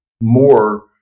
more